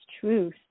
truth